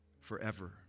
forever